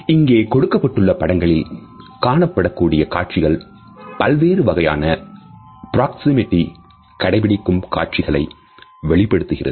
இங்கே கொடுக்கப்பட்டுள்ள படங்களில் காணப்படக்கூடிய காட்சிகள் பல்வேறு வகையான பிராக்சேமிக்ஸ் கடைபிடிக்கும் காட்சிகளை வெளிப்படுத்துகிறது